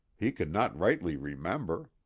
he could not rightly remember.